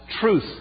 truth